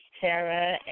Tara